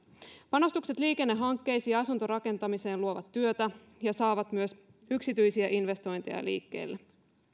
panostukset liikennehankkeisiin ja asuntorakentamiseen luovat työtä ja saavat myös yksityisiä investointeja liikkeelle